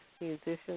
musicians